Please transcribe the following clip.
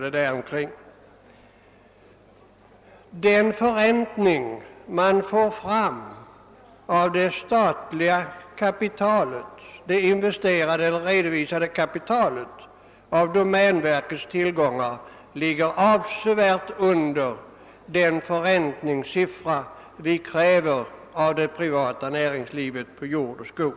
Det redovisade investerade kapitalets förräntning då det gäller domänverkets tillgångar ligger avsevärt under den förräntning vi kräver av det privata näringslivet i fråga om jord och skog.